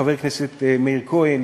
חבר הכנסת מאיר כהן,